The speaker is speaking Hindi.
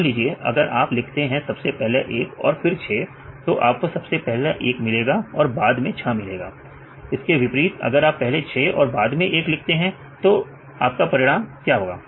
मान लीजिए अगर आप लिखते हैं सबसे पहले 1 और फिर 6 तो आपको सबसे पहले 1 मिलेगा और बाद में 6 मिलेगा इसके विपरीत अगर आप पहले 6 और बाद में 1 लिखते हैं तो आप का परिणाम क्या होगा